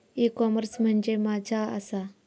E commerce म्हणजे मझ्या आसा?